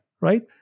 right